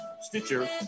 Stitcher